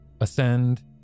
ascend